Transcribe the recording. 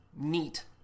neat